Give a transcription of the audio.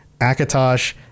Akatosh